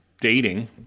dating